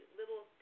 little